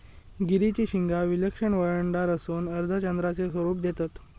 गिरीची शिंगा विलक्षण वळणदार असून अर्धचंद्राचे स्वरूप देतत